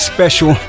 Special